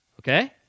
Okay